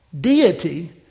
deity